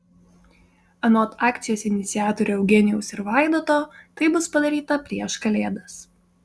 anot akcijos iniciatorių eugenijaus ir vaidoto tai bus padaryta prieš kalėdas